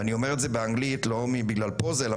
ואני אומר את זה באנגלית לא בגלל פוזה אלא